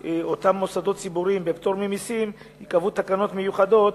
את אותם מוסדות ציבוריים בפטור ממסים ייקבעו תקנות מיוחדות,